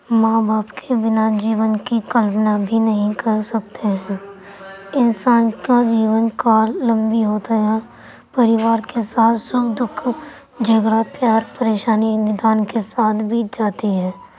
ماں باپ کے بنا جیون کی کلپنا بھی نہیں کر سکتے ہیں انسان کا جیون کال لمبی ہوتا ہے پریوار کے ساتھ سُکھ دُکھ جھگڑا پیار پریشانی کے ساتھ بیت جاتی ہیں